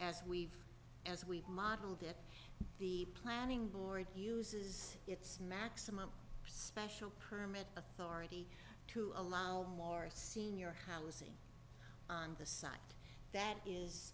as we've as we modeled there the planning board uses its maximum special permit authority to allow more senior housing on the site that is